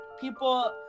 people